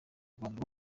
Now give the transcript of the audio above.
rwanda